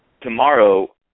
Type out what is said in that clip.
tomorrow